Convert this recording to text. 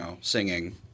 singing